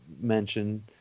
mention